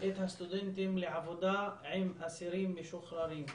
את הסטודנטים לעבודה עם אסירים משוחררים.